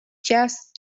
just